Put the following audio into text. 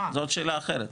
זו שאלה אחרת.